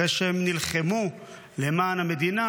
אחרי שהם נלחמו למען המדינה